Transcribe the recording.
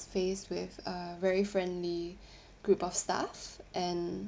faced with uh very friendly group of staff and